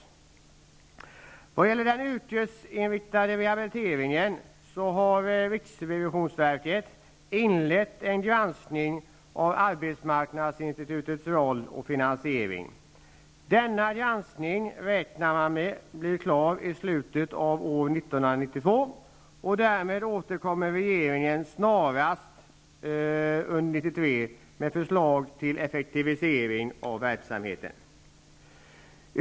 När det gäller den yrkesinriktade rehabiliteringen har riksrevisionsverket inlett en granskning av arbetsmarknadsinstitutens roll och finansiering. Man räknar med att denna granskning blir klar i slutet av 1992. Därefter återkommer regeringen snarast under 1993 med förslag till effektivisering av verksamheten.